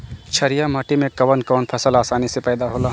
छारिया माटी मे कवन कवन फसल आसानी से पैदा होला?